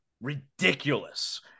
ridiculous